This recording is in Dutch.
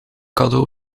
cadeau